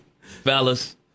fellas